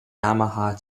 yamaha